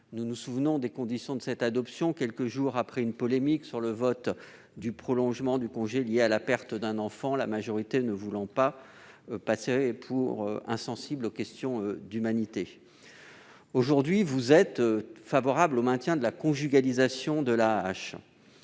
Nous nous souvenons des conditions de cette adoption, quelques jours après une polémique sur le vote de la majorité contre le prolongement du congé lié à la perte d'un enfant ; celle-ci ne voulait plus passer pour insensible aux questions d'humanité. Aujourd'hui, vous êtes favorable au maintien de la conjugalisation de l'AAH.